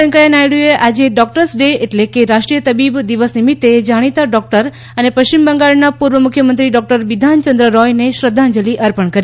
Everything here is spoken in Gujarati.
વેકૈયા નાયડુએ આજે ડોકટર્સ ડે એટલે કે રાષ્ટ્રીય તબીબ દિવસ નિમિત્તે જાણીતા ડોકટર અને પશ્ચિમ બંગાળના પુર્વ મુખ્યમંત્રી ડોકટર બિધાન ચંન્દ્ર રોયને શ્રધ્ધાંજલી અર્પણ કરી